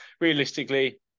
realistically